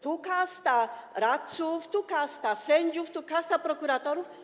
Tu kasta radców, tu kasta sędziów, tu kasta prokuratorów.